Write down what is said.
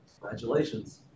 Congratulations